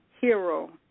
hero